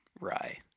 rye